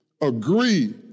agree